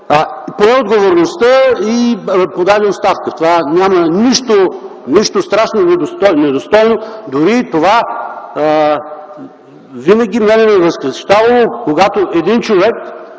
пое отговорността и подаде оставка. В това няма нищо страшно, нищо недостойно. Дори това винаги мен ме е възхищавало – когато един човек